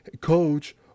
coach